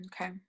Okay